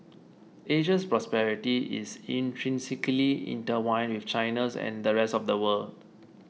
Asia's prosperity is intrinsically intertwined with China's and the rest of the world